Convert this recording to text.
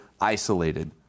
isolated